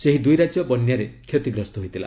ସେହି ଦୁଇରାଜ୍ୟ ବନ୍ୟାରେ କ୍ଷତିଗ୍ରସ୍ତ ହୋଇଥିଲା